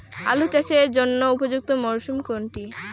আলু চাষের জন্য উপযুক্ত মরশুম কোনটি?